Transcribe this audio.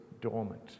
dormant